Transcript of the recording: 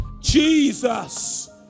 Jesus